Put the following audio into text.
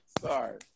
sorry